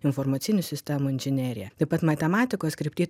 informacinių sistemų inžinerija taip pat matematikos krypty